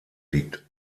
liegt